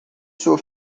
sua